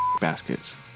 baskets